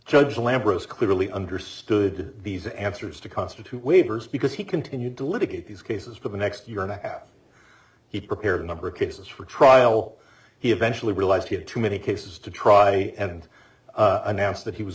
judge lambrusco clearly understood these answers to constitute waivers because he continued to litigate these cases for the next year and a half he prepared a number of cases for trial he eventually realized he had too many cases to try and announced that he was